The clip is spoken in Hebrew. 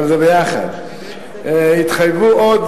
אבל זה ביחד יתחייבו עוד,